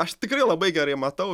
aš tikrai labai gerai matau